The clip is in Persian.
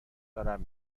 دارم